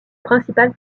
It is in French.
principale